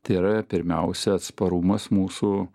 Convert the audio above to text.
tai yra pirmiausia atsparumas mūsų